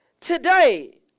Today